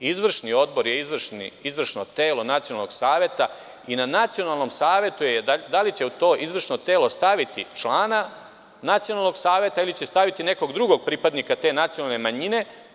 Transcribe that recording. Izvršni odbor je izvršno telo nacionalnog saveta i na nacionalnom savetu je da li će u to izvršno telo staviti člana nacionalnog saveta ili će staviti nekog drugog pripadnika te nacionalne manjine.